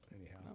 anyhow